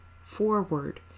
forward